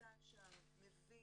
נמצא שם, מבין,